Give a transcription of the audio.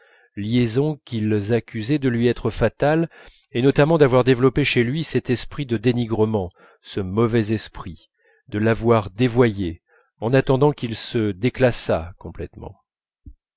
liaison qu'ils accusaient de lui être fatale et notamment d'avoir développé chez lui cet esprit de dénigrement ce mauvais esprit de l'avoir dévoyé en attendant qu'il se déclassât complètement